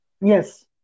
Yes